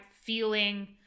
feeling